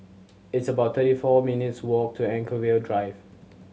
it's about thirty four minutes' walk to Anchorvale Drive